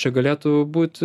čia galėtų būti